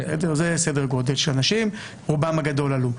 זה סדר גודל של אנשים, רובם הגדול עלו.